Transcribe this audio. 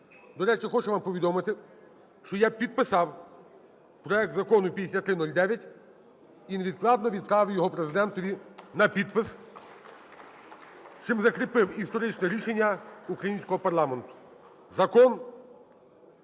До речі, хочу вам повідомити, що я підписав проект Закону 5309 і невідкладно відправив його Президентові на підпис, чим закріпив історичне рішення українського парламенту. Закон